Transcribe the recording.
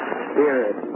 spirit